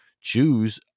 choose